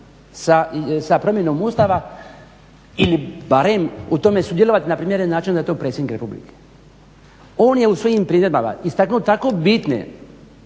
sa promjenom Ustava ili barem u tome sudjelovati na primjeren način onda je to predsjednik Republike. On je u svojim primjedbama istaknuo tako bitne